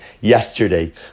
yesterday